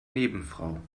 nebenfrau